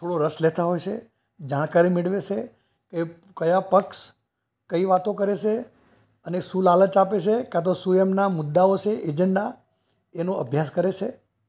થોડો રસ લેતા હોય છે જાણકારી મેળવે છે એ કયા પક્ષ કઈ વાતો કરે છે અને શું લાલચ આપે છે કાં તો શું એમના મુદ્દાઓ છે એજન્ડા એનો અભ્યાસ કરે છે